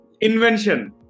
Invention